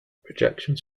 projections